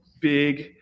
big